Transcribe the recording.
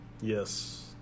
Yes